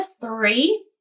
three